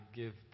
give